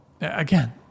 again